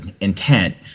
intent